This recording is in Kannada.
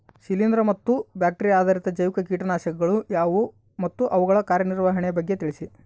ಶಿಲೇಂದ್ರ ಮತ್ತು ಬ್ಯಾಕ್ಟಿರಿಯಾ ಆಧಾರಿತ ಜೈವಿಕ ಕೇಟನಾಶಕಗಳು ಯಾವುವು ಮತ್ತು ಅವುಗಳ ಕಾರ್ಯನಿರ್ವಹಣೆಯ ಬಗ್ಗೆ ತಿಳಿಸಿ?